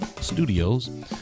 studios